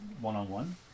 one-on-one